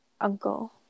uncle